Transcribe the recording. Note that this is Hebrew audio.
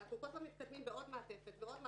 ואנחנו בכל פעם מתקדמים בעוד מעטפת ועוד מעטפת,